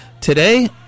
Today